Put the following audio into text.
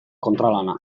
kontralana